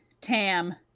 Tam